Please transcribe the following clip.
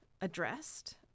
addressed